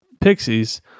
Pixies